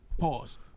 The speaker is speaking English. pause